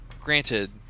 granted